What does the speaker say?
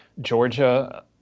Georgia